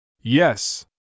Yes